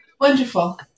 Wonderful